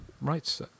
right